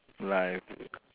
life